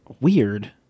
Weird